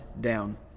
down